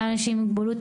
גם לאנשים עם מגבלות